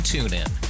TuneIn